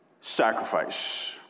sacrifice